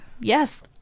Yes